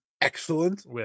excellent